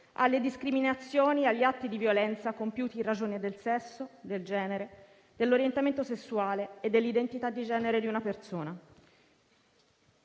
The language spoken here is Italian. alle discriminazioni e agli atti di violenza compiuti in ragione del sesso, del genere, dell'orientamento sessuale e dell'identità di genere di una persona.